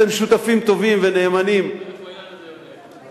אתם שותפים טובים ונאמנים, מאיפה העניין הזה יונק?